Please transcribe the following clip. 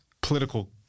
political –